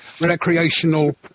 recreational